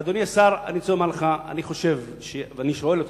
אדוני השר, אני רוצה לומר לך ואני שואל אותך,